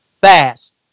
fast